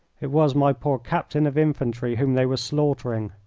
it was my poor captain of infantry whom they were slaughtering.